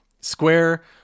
Square